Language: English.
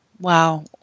wow